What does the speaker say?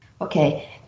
Okay